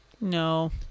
No